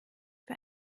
für